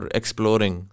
exploring